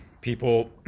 people